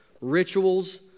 rituals